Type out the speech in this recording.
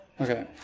Okay